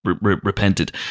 repented